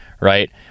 right